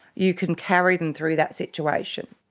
you can carry them through that situation.